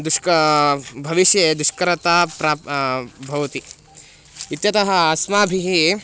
दुष्क भविष्ये दुष्करता प्राप् भवति इत्यतः अस्माभिः